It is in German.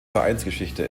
vereinsgeschichte